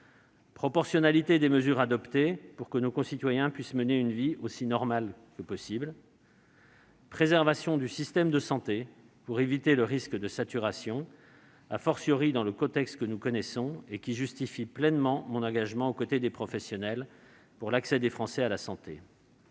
proportionnalité des mesures adoptées pour que nos concitoyens puissent mener une vie aussi normale que possible ; préservation du système de santé pour éviter le risque de saturation, dans le contexte que nous connaissons et qui justifie pleinement mon engagement aux côtés des professionnels pour l'accès des Français à la santé